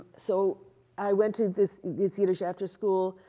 so i went to this this yiddish afterschool,